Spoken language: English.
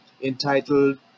entitled